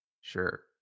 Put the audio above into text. sure